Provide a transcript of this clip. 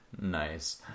Nice